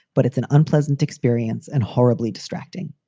but it's an unpleasant experience and horribly distracting.